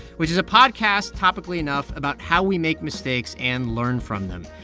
which is a podcast topically enough about how we make mistakes and learn from them.